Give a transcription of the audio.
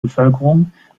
bevölkerung